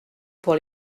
pour